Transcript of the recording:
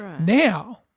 Now